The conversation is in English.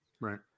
Right